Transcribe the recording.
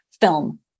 film